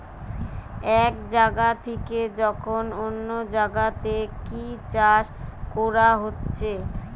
এক জাগা থিকে যখন অন্য জাগাতে কি চাষ কোরা হচ্ছে